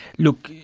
look,